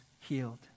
healed